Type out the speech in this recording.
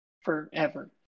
forever